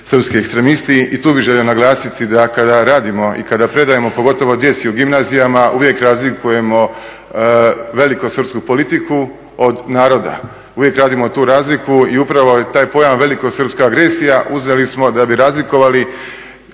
srpski ekstremisti i tu bih želio naglasiti da kada radimo i kada predajemo, pogotovo djeci u gimnazijama, uvijek razlikujemo veliko srpsku politiku od naroda, uvijek radimo tu razliku i upravo je taj pojam veliko srpska agresija uzeli smo da bi razlikovali